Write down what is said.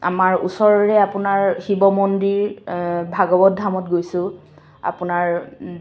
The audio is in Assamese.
আমাৰ ওচৰৰে আপোনাৰ শিৱ মন্দিৰ ভাগৱত ধামত গৈছোঁ আপোনাৰ